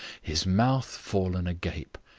his mouth fallen agape.